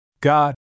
God